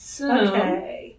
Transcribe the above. Okay